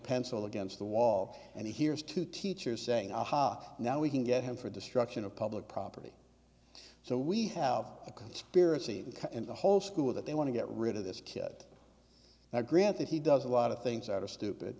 pencil against the wall and he hears two teachers saying ah ha now we can get him for destruction of public property so we have a conspiracy in the whole school that they want to get rid of this kid now granted he does a lot of things are stupid